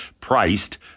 priced